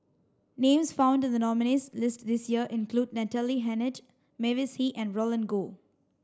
names found the nominees' list this year include Natalie Hennedige Mavis Hee and Roland Goh